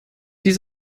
dies